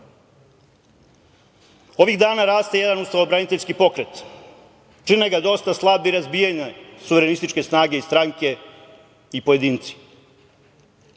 dana raste jedan ustavobraniteljski pokret. Čine ga dosta slabi razbijanja suverenističke snage i stranke i pojedinci.